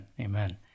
Amen